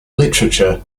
literature